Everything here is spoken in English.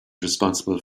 responsible